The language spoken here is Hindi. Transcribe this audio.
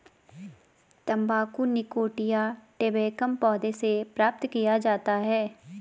तंबाकू निकोटिया टैबेकम पौधे से प्राप्त किया जाता है